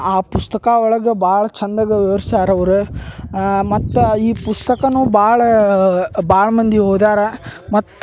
ಆ ಪುಸ್ತಕ ಒಳಗೆ ಭಾಳ ಚಂದಗೆ ವಿವರ್ಸ್ತಾರೆ ಅವ್ರು ಮತ್ತು ಈ ಪುಸ್ತಕವನ್ನು ಭಾಳ ಭಾಳ ಮಂದಿ ಓದಾರ ಮತ್ತು